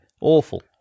Awful